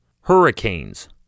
hurricanes